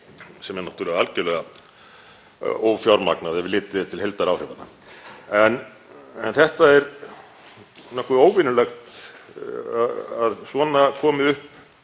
sem er náttúrlega algerlega ófjármagnað ef litið er til heildaráhrifanna. En það er nokkuð óvenjulegt að svona komi upp